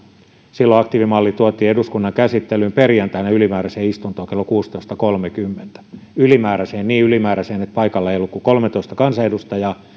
silloin aktiivimalli tuotiin eduskunnan käsittelyyn perjantaina ylimääräiseen istuntoon kello kuusitoista kolmekymmentä ylimääräiseen niin ylimääräiseen että paikalla ei ollut kuin kolmetoista kansanedustajaa